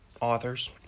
authors